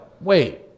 wait